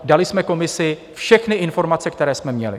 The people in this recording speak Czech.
Dali jsme komisi všechny informace, které jsme měli.